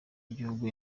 y’igihugu